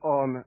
on